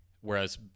Whereas